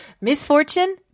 misfortune